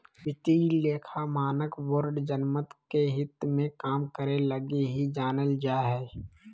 वित्तीय लेखा मानक बोर्ड जनमत के हित मे काम करे लगी ही जानल जा हय